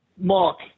Mark